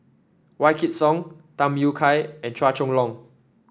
Wykidd Song Tham Yui Kai and Chua Chong Long